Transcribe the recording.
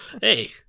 Hey